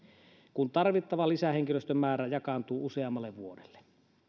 kun tarvittava lisähenkilöstön määrä jakaantuu useammalle vuodelle